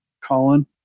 Colin